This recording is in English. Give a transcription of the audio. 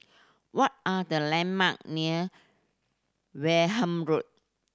what are the landmark near Wareham Road